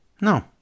No